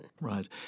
Right